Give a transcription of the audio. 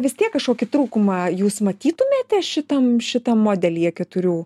vis tiek kašokį trūkumą jūs matytumėte šitam šitam modelyje keturių